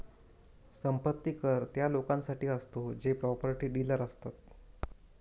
संपत्ती कर त्या लोकांसाठी असतो जे प्रॉपर्टी डीलर असतात